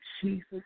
Jesus